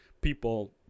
people